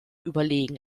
überlegen